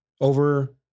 over